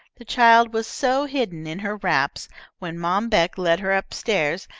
the child was so hidden in her wraps when mom beck led her up-stairs,